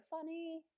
funny